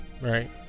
Right